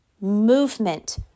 movement